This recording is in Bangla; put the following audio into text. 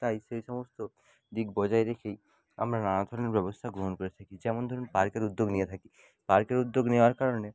তাই সেই সমস্ত দিক বজায় রেখেই আমরা নানা ধরণের ব্যবস্থা গ্রহণ করে থাকি যেমন ধরুণ পার্কের উদ্যোগ নিয়ে থাকি পার্কের উদ্যোগ নেওয়ার কারণে